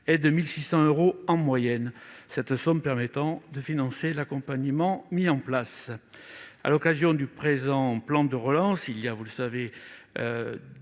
est de 1 600 euros en moyenne, cette somme permettant de financer l'accompagnement mis en place. À l'occasion du présent plan de relance, davantage de